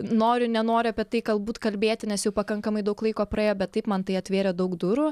noriu nenoriu apie tai galbūt kalbėti nes jau pakankamai daug laiko praėjo bet taip man tai atvėrė daug durų